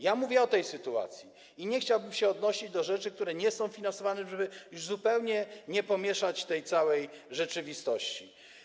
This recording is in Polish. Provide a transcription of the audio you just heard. Ja mówię o tej sytuacji i nie chciałbym się odnosić do rzeczy, które nie są finansowane, żeby już zupełnie nie pomieszać tej całej rzeczywistości.